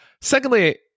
Secondly